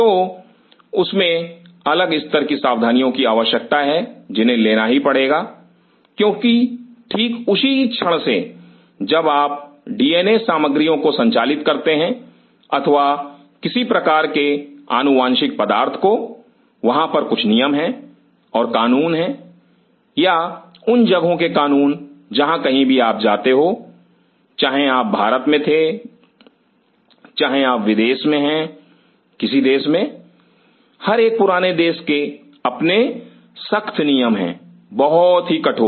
तो उसमें अलग स्तर की सावधानियों की आवश्यकता है जिन्हें लेना ही पड़ेगा क्योंकि ठीक उस क्षण से जब आप डीएनए सामग्रियों को संचालित करते हैं अथवा किसी प्रकार के अनुवांशिक पदार्थ को वहां पर कुछ नियम है और कानून है या उन जगहों के कानून जहां कहीं भी आप जाते हो चाहे आप भारत में थे चाहे आप विदेश में हैं किसी देश में हर एक पुराने देश के अपने सख्त नियम हैं बहुत ही कठोर